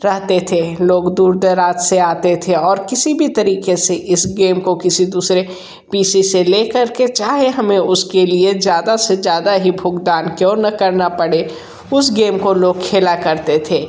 रहते थे लोग दूर दराज़ से आते थे और किसी भी तरीकक़े से इस गेम को किसी दूसरे पी सी से ले कर के चाहे हमें उसके लिए ज़्यादा से ज़्यादा ही भुगतान क्यों ना करना पड़े उस गेम को लोग खेला करते थे